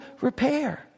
repair